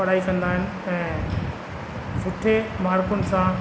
पढ़ाई कंदा आहिनि ऐं सुठे मार्कुनि सां